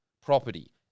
property